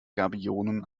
gabionen